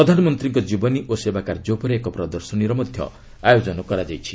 ପ୍ରଧାନମନ୍ତ୍ରୀଙ୍କ ଜୀବନୀ ଓ ସେବା କାର୍ଯ୍ୟ ଉପରେ ଏକ ପ୍ରଦର୍ଶନୀର ମଧ୍ୟ ଆୟୋଜନ କରାଯାଇଛି